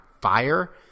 fire